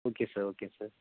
okay sir okay sir